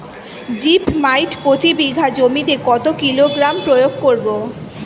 Zip মাইট প্রতি বিঘা জমিতে কত কিলোগ্রাম প্রয়োগ করব?